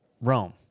Rome